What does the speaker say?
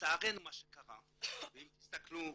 לצערנו מה שקרה, ואם תסתכלו,